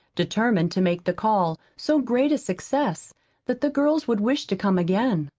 determined to make the call so great a success that the girls would wish to come again.